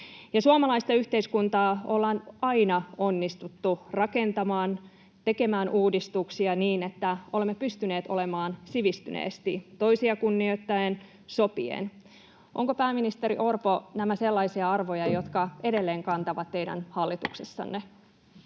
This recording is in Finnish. Suomalaista yhteiskuntaa ollaan aina onnistuttu rakentamaan, tekemään uudistuksia niin, että olemme pystyneet olemaan sivistyneesti, toisia kunnioittaen, sopien. Ovatko, pääministeri Orpo, nämä sellaisia arvoja, jotka edelleen kantavat teidän hallituksessanne?